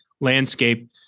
landscape